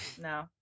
No